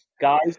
Guys